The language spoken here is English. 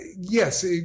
yes